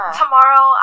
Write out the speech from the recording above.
tomorrow